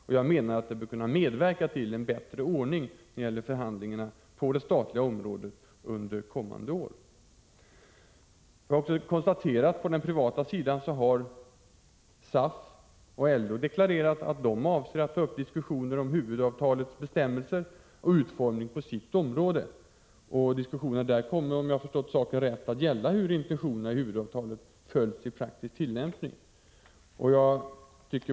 Jag anser att ett sådant system bör kunna medverka till en bättre ordning i förhandlingarna på det statliga området under kommande år. På den privata sidan har SAF och LO deklarerat att de avser att ta upp diskussioner om huvudavtalets bestämmelser och utformning på sina områden. Diskussionerna där kommer, om jag har förstått saken rätt, att gälla hur intentionerna i huvudavtalet följs i praktisk tillämpning.